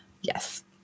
Yes